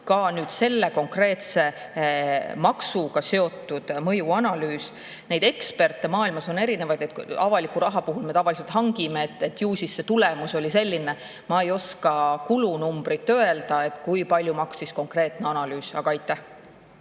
ka selle konkreetse maksuga seotud mõjuanalüüsi. Neid eksperte on maailmas erinevaid. Avaliku raha puhul me tavaliselt [teeme hanke] ja ju siis see tulemus oli selline. Ma ei oska kulunumbrit öelda, kui palju maksis konkreetne analüüs. Aitäh!